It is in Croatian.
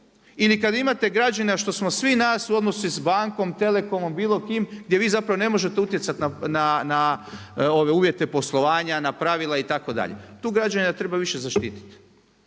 ili kad imate građani što smo svi nas u odnosu sa bankom, telekomom, bilo kim, gdje vi zapravo ne možete utjecati na ove uvjete poslovanja, na pravila, itd. tu građanina treba više zaštitit.